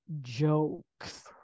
jokes